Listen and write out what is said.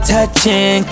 Touching